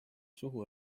suhu